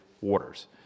waters